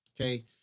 okay